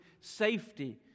safety